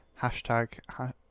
hashtag